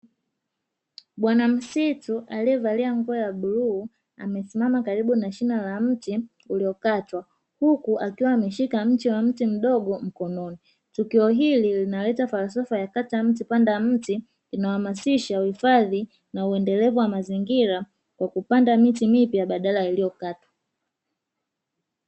Bwanamsitu aliyevalia nguo ya buluu amesimama karibu na shina la mti uliokatwa huku akiwa ameshika mche wa mti mdogo mkononi. Tukio hili linaleta falsafa ya "kata mti panda mti", inayohamasisha uhifadhi na uendelevu wa mazingira kwa kupanda miti mipya baada ya iliyokatwa.